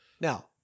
Now